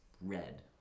red